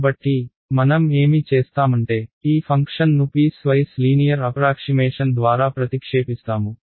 కాబట్టి మనం ఏమి చేస్తామంటే ఈ ఫంక్షన్ను పీస్ వైస్ లీనియర్ అప్రాక్షిమేషన్ ద్వారా ప్రతిక్షేపిస్తాము